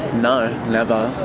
no, never.